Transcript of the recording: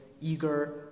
eager